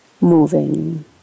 Moving